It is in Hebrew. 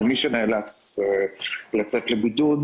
מי שנאלץ לצאת לבידוד,